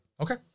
Okay